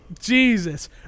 Jesus